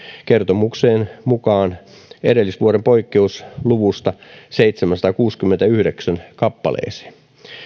kertomuksen mukaan edellisvuoden poikkeusluvusta seitsemäänsataankuuteenkymmeneenyhdeksään kappaleeseen